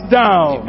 down